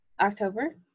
October